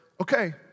okay